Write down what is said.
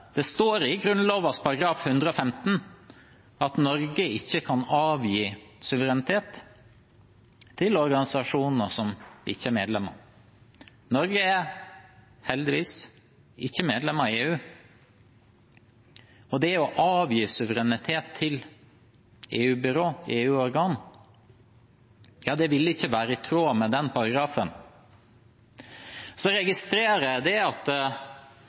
Det står i Grunnloven § 115 at Norge ikke kan avgi suverenitet til organisasjoner som ikke er medlemmer. Norge er heldigvis ikke medlem av EU, og det å avgi suverenitet til EU-byråer og EU-organer vil ikke være i tråd med den paragrafen. Jeg registrerer at noen partier i denne salen, spesielt partiet Høyre, argumenterer kraftfullt imot – at